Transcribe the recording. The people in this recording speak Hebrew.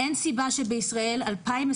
אין סיבה שבישראל 2021